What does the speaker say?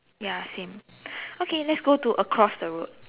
ya same okay let's go to across the road